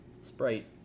Sprite